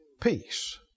peace